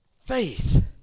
Faith